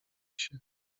się